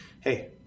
Hey